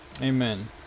Amen